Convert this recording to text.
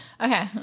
Okay